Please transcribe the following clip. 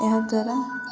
ଏହାଦ୍ୱାରା